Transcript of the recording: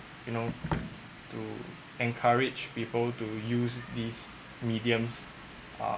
you know to encourage people to use these mediums uh